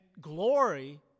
glory